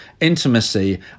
intimacy